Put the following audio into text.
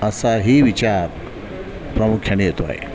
असाही विचार प्रामुख्याने येतो आहे